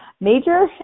major